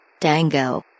Dango